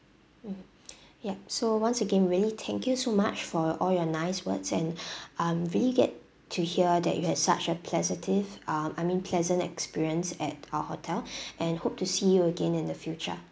mm yup so once again really thank you so much for your all your nice words and I'm really glad to hear that you had such a pleasative~ um I mean pleasant experience at our hotel and hope to see you again in the future